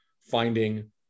finding